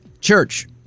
Church